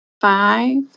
five